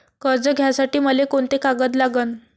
कर्ज घ्यासाठी मले कोंते कागद लागन?